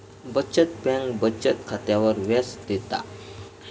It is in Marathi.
बचत बँक बचत खात्यावर व्याज देता